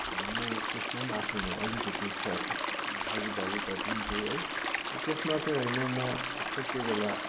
अन्त म त्यसमा पनि आफ्नो अलिकति स भागिदारिता दिन्छु है त्यसमा चाहिँ होइन म कोही कोही बेला